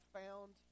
found